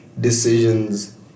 decisions